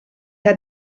hat